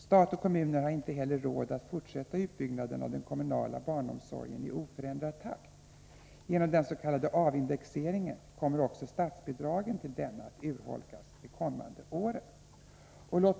Stat och kommuner har inte heller råd att fortsätta utbyggnaden av den kommunala barnomsorgen i oförändrad takt. Genom dens.k. avindexeringen kommer också statsbidragen till denna att urholkas under de kommande åren. Herr talman!